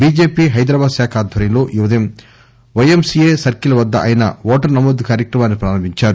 BJP Hyderabad శాఖ ఆధ్వర్యంలో ఈ ఉదయం పైఎంసిఎ సర్కిల్ వద్ద ఆయన ఓటరు నమోదు కార్యక్రమాన్ని ప్రారంభించారు